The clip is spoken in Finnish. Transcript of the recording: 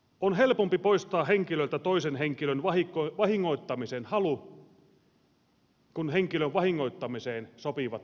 on helpompi poistaa henkilöltä toisen henkilön vahingoittamisen halu kuin henkilön vahingoittamiseen sopivat välineet